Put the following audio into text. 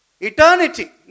eternity